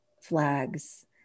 flags